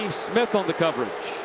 smith on the coverage.